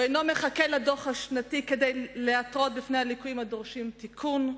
הוא אינו מחכה לדוח השנתי כדי להתריע על הליקויים הדורשים תיקון.